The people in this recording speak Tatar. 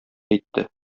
әйтте